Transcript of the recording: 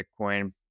Bitcoin